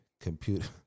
Computer